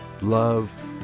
Love